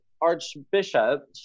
Archbishop